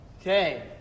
Okay